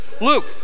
Luke